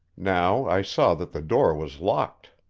now i saw that the door was locked.